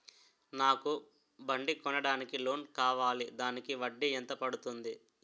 నాకు బండి కొనడానికి లోన్ కావాలిదానికి వడ్డీ ఎంత పడుతుంది?